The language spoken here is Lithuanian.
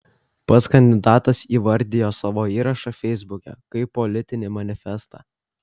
pats kandidatas įvardijo savo įrašą feisbuke kaip politinį manifestą